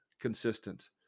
consistent